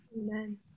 Amen